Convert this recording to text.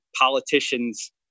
politicians